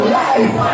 life